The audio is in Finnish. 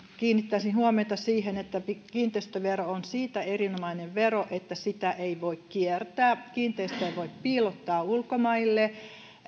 kiinnittäisin huomiota siihen että kiinteistövero on siitä erinomainen vero että sitä ei voi kiertää kiinteistöjä ei voi piilottaa ulkomaille